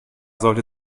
sollte